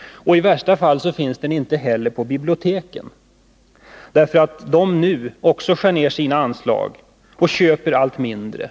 och i värsta fall inte heller på biblioteken, därför att de också får sina anslag nedskurna och köper allt mindre.